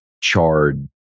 charred